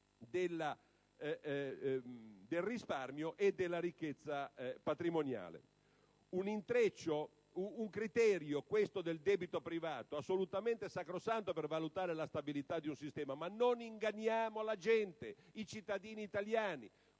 del risparmio e della ricchezza patrimoniale. Un criterio, quello del debito privato, assolutamente sacrosanto per valutare la stabilità di un sistema; ma non inganniamo la gente, i cittadini italiani.